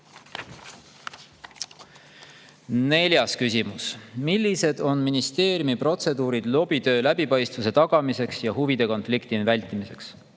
küsimus: "Millised on ministeeriumi protseduurid lobitöö läbipaistvuse tagamiseks ja huvide konflikti vältimiseks?"